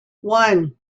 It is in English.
one